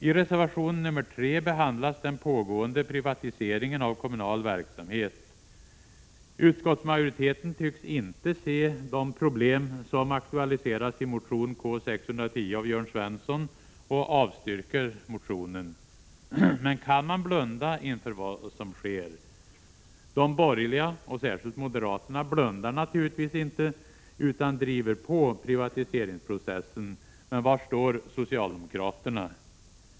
I reservation nr 3 behandlas den pågående privatiseringen av kommunal verksamhet. Utskottsmajoriteten tycks inte se de problem som aktualiseras i motion K610 av Jörn Svensson och avstyrker motionen. Men kan man blunda inför vad som sker? De borgerliga, särskilt moderaterna, blundar naturligtvis inte utan driver på privatiseringsprocessen. Men var står socialdemokraterna?